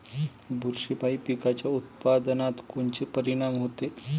बुरशीपायी पिकाच्या उत्पादनात कोनचे परीनाम होते?